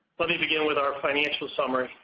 let me begin with our financial summary,